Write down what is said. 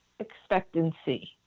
expectancy